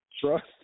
Trust